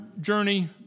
journey